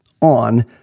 on